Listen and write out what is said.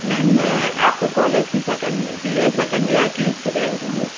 ma'am मैं आपके college की second B A second year की स्टूडेंट हूँ